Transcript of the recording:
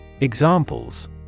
Examples